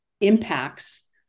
impacts